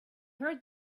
heard